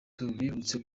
tubibutse